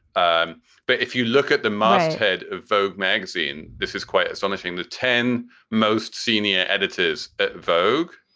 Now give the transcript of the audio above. um but if you look at the masthead of vogue magazine, this is quite astonishing. the ten most senior editors at vogue